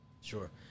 sure